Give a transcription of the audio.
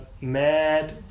mad